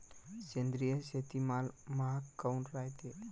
सेंद्रिय शेतीमाल महाग काऊन रायते?